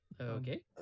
Okay